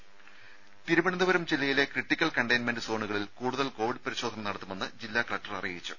രുമ തിരുവനന്തപുരം ജില്ലയിലെ critical containment സോണുകളിൽ കൂടുതൽ കോവിഡ് പരിശോധന നടത്തുമെന്ന് ജില്ലാ കലക്ടർ അറിയിച്ചു